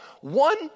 one